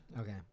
Okay